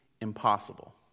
impossible